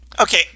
Okay